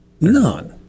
None